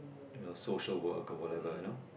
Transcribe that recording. uh social work or whatever you know